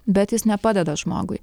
bet jis nepadeda žmogui